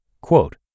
quote